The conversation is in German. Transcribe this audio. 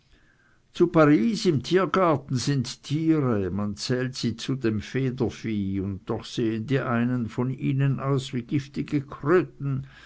zu paris im tiergarten sind tiere man zählt sie zu dem federvieh und doch sehen die einen von ihnen aus wie giftige kröten